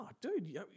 dude